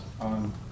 On